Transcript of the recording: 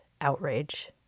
outrage